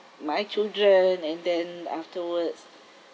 my children and then afterwards